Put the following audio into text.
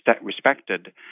respected